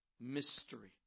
mystery